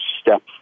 step